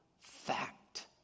fact